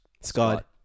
Scott